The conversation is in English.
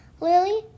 Lily